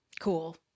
cool